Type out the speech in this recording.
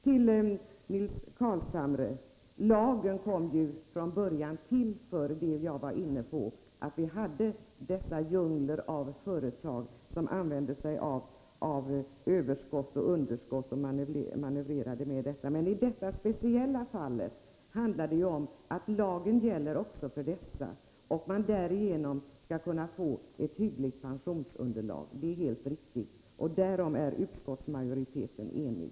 Till Nils Carlshamre vill jag säga att lagen från början kom till för att vi hade — som jag var inne på — dessa djungler av företag som manövrerade med överskott och underskott. Men i detta speciella fall handlar det ju om att lagen gäller också för dessa — och att man därigenom skall kunna få ett hyggligt pensionsunderlag. Det är helt riktigt, och därom är utskottsmajoriteten enig.